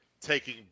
taking